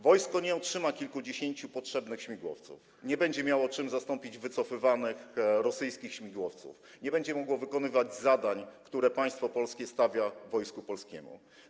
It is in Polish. Wojsko nie otrzyma kilkudziesięciu potrzebnych śmigłowców, nie będzie miało czym zastąpić wycofywanych rosyjskich śmigłowców, nie będzie mogło wykonywać zadań, które polskie państwo stawia Wojsku Polskiemu.